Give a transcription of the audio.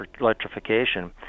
electrification